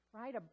right